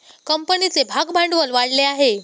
कंपनीचे भागभांडवल वाढले आहे